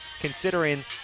considering